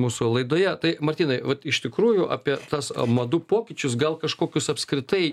mūsų laidoje tai martynai vat iš tikrųjų apie tas madų pokyčius gal kažkokius apskritai